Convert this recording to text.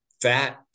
fat